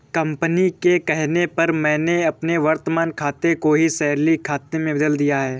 company के कहने पर मैंने अपने वर्तमान खाते को ही सैलरी खाते में बदल लिया है